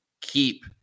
keep